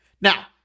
Now